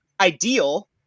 ideal